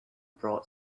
brought